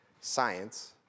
science